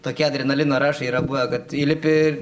tokia adrenalino raš yra buvę kad įlipi